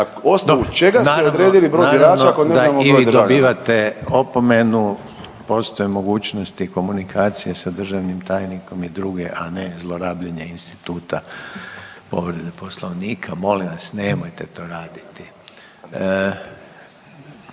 državljana? **Reiner, Željko (HDZ)** ... da i vi dobivate opomenu, postoje mogućnosti komunikacije sa državnim tajnikom i druge, a ne zlorabljenje instituta povrede Poslovnika. Molim vas, nemojte to raditi.